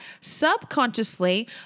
Subconsciously